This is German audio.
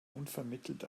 unvermittelt